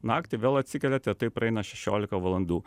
naktį vėl atsikeliat ir taip praeina šešiolika valandų